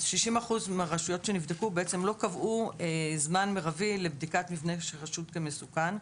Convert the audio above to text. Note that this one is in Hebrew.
60 אחוזים מהרשויות שנבדקו לא קבעו זמן מרבי לבדיקת מבנה החשוד כמסוכן.